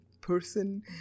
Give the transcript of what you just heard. person